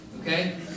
Okay